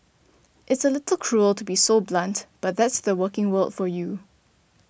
it's a little cruel to be so blunt but that's the working world for you